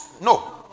No